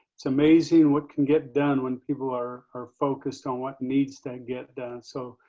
it's amazing what can get done when people are are focused on what needs to and get done. so,